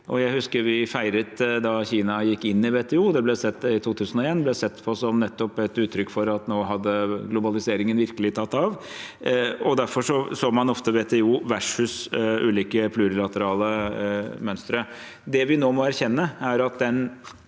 Jeg husker vi feiret da Kina gikk inn i WTO i 2001. Det ble sett på som et uttrykk for at globaliseringen nå virkelig hadde tatt av, og derfor så man ofte WTO versus ulike plurilaterale mønstre. Det vi nå må erkjenne, er at den